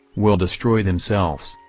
will destroy themselves,